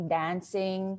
dancing